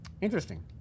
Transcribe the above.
Interesting